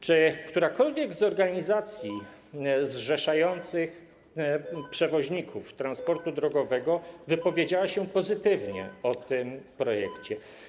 Czy którakolwiek z organizacji zrzeszających przewoźników transportu drogowego wypowiedziała się pozytywnie o tym projekcie?